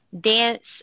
dance